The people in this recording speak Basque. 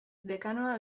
dekanoa